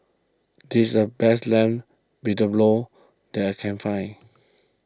this the best Lamb Vindaloo that I can find